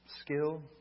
skill